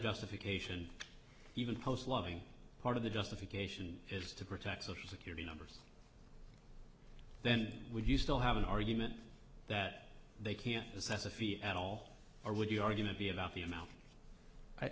justification even post loving part of the justification is to protect social security numbers then would you still have an argument that they can't assess a fee at all or would your argument be about the amount